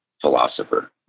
philosopher